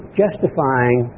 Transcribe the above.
justifying